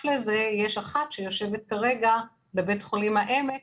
לזה יש אחת שיושבת כרגע בבית חולים העמק,